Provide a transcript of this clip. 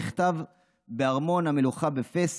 נכתב בארמון המלוכה בפאס,